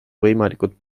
võimalikult